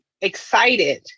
excited